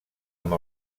amb